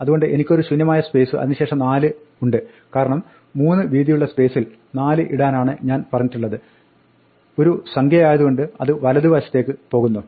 അതുകൊണ്ട് എനിക്കൊരു ശൂന്യമായ സ്പേസ് അതിന് ശേഷം 4 ഉണ്ട് കാരണം മൂന്ന് വീതിയുള്ള സ്പേസിൽ 4 ഇടാനാണ് ഞാൻ പറഞ്ഞിട്ടുള്ളത് ഒരു സംഖ്യയായത് കൊണ്ട് അത് വലത് വശത്തേക്ക് പോകുന്നു